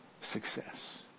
success